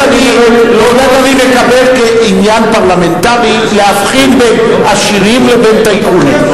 אני מקבל כעניין פרלמנטרי להבחין בין עשירים לבין טייקונים.